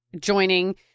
joining